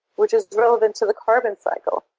which is drilled into the carbon cycle,